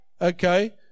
okay